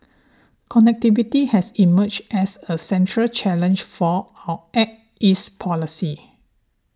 connectivity has emerged as a central challenge for our Act East policy